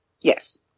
Yes